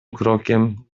krokiem